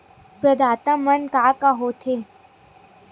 प्रदाता मा का का हो थे?